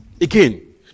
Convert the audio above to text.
Again